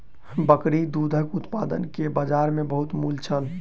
बकरी दूधक उत्पाद के बजार में बहुत मूल्य छल